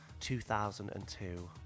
2002